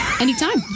Anytime